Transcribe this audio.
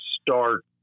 start